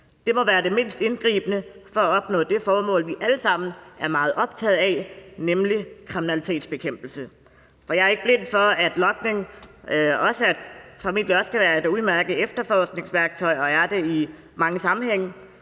Det må være det mindst indgribende for at opnå det formål, vi alle sammen er meget optaget af, nemlig kriminalitetsbekæmpelse. Jeg er ikke blind for, at logning formentlig også kan være et udmærket efterforskningsværktøj og er det i mange sammenhænge.